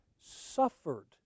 suffered